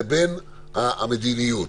לבין המדיניות.